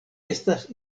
estas